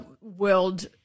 world